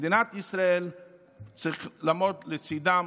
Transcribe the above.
מדינת ישראל צריכה לעמוד לצידם.